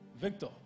Victor